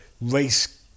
race